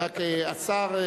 רק השר,